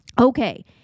Okay